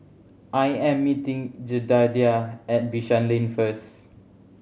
I am meeting Jedidiah at Bishan Lane first